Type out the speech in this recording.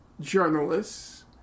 journalists